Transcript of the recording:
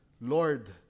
Lord